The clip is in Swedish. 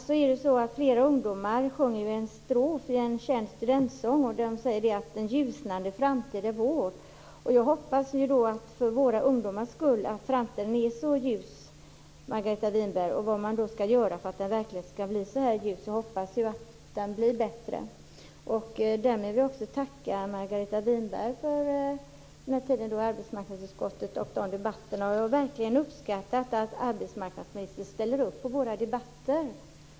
I dagarna sjunger flera ungdomar en strof i en känd studentsång: Den ljusnande framtid är vår. Jag hoppas för våra ungdomars skull att framtiden blir ljus, Margareta Winberg, och undrar vad man skall göra för att den verkligen skall bli så ljus? Jag hoppas att den blir bättre. Därmed vill jag från utskottets sida tacka Margareta Winberg för den här tiden och för debatterna. Jag har verkligen uppskattat att arbetsmarknadsministern ställer upp på våra debatter.